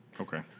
Okay